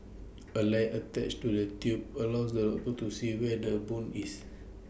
A light attached to the tube allows the dog to see where the bone is